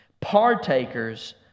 partakers